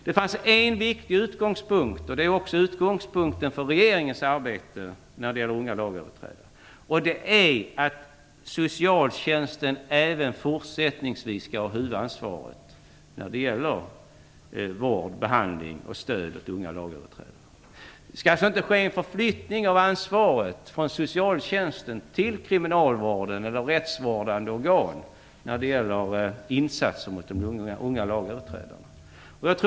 Det fanns en viktig utgångspunkt, som också är utgångspunkten för regeringens arbete när det gäller unga lagöverträdare, och det var att socialtjänsten även fortsättningsvis skall ha huvudansvaret för vård, behandling och stöd för unga lagöverträdare. Det skall alltså inte ske en förflyttning av ansvaret från socialtjänsten till kriminalvården eller rättsvårdande organ för insatser mot unga lagöverträdare.